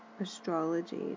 astrology